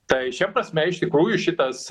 tai šia prasme iš tikrųjų šitas